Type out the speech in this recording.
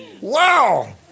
Wow